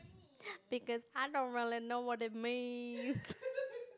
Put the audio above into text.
because I don't really know what it mean